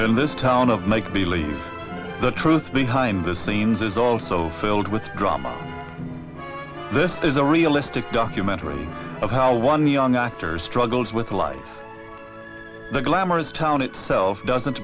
in this town of make believe the truth behind the scenes is also filled with drama this is a realistic documentary of how one young actor struggles with life the glamorous town itself doesn't